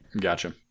Gotcha